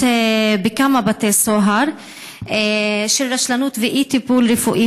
בכמה בתי סוהר של רשלנות ואי-טיפול רפואי